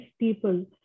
people